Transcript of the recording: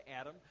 Adam